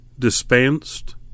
dispensed